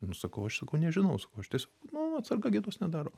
nu sakau aš sakau nežinau sakau aš tiesiog nu atsarga gėdos nedaro